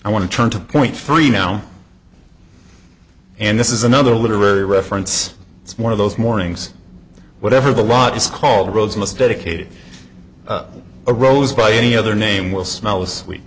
i want to turn to point three now and this is another literary reference it's more of those mornings whatever the law is called the world's most dedicated a rose by any other name will smell as